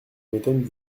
m’étonne